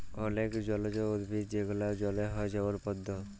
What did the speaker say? অলেক জলজ উদ্ভিদ যেগলা জলে হ্যয় যেমল পদ্দ